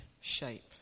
shape